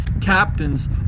captains